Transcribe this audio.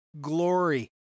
glory